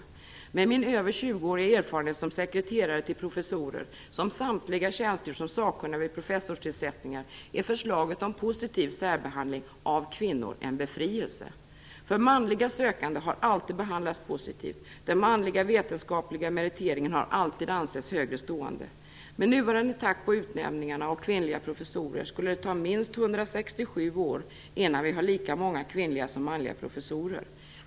För mig med min över 20-åriga erfarenhet som sekreterare till professorer, som samtliga tjänstgjort som sakkunniga vid professorstillsättningar, är förslaget om positiv särbehandling - av kvinnor - en befrielse. För manliga sökande har alltid behandlats positivt - den manliga vetenskapliga meriteringen har alltid ansetts högre stående. Med nuvarande takt på utnämningarna av kvinnliga professorer skulle det ta minst 167 år innan vi har lika många kvinnliga som manliga professorer.